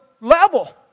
level